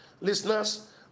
Listeners